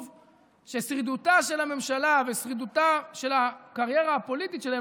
ששרידותה של הממשלה ושרידותה של הקריירה הפוליטית שלהם,